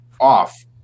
off